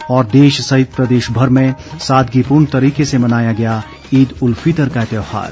और देश सहित प्रदेशभर में सादगीपूर्ण तरीके से मनाया गया ईद उल फितर का त्यौहार